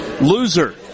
Loser